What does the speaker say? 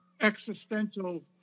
existential